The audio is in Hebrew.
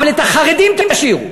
אבל את החרדים תשאירו.